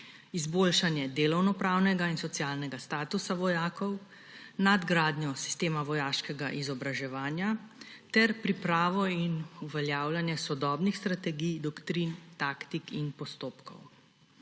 izboljšanje delovnopravnega in socialnega statusa vojakov, nadgradnjo sistema vojaškega izobraževanja ter pripravo in uveljavljanje sodobnih strategij, doktrin, taktik in postopkov.